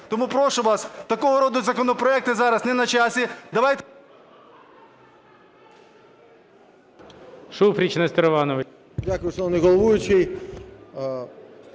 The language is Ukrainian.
Тому прошу вас, такого роду законопроекти зараз не на часі.